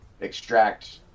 extract